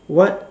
what